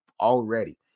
Already